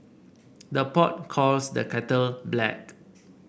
the pot calls the kettle black